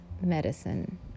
medicine